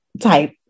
type